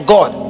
God